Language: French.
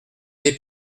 des